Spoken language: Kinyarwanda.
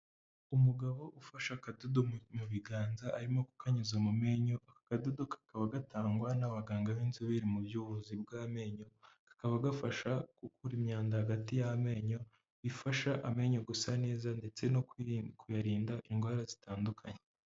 Umugabo ufashe akadodo mu biganza arimo kukanyuza mu menyo akadodo kakaba gatangwa n'abaganga b'inzobere mu by'ubuvuzi bw'amenyo, kakaba gafasha gukura imyanda hagati y'amenyo bifasha amenyo gusa neza ndetse no kuyarinda indwara zitandukanye.